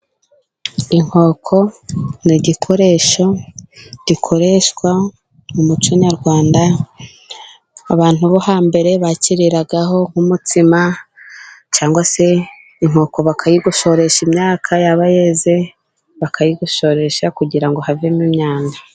Inkoko ni igikoresho gikoreshwa mu muco nyarwanda . Abantu bo hambere bakiriragaho nk'umutsima ,cyangwa se inkoko bakayigosoresha imyaka yaba yeze , bakayigosoresha, kugira ngo havemo imyanda.